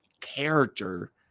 character